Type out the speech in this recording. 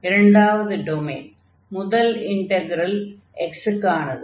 இரண்டாவது டொமைன் முதல் integral x க்கானது